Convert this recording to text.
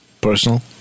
personal